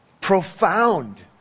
profound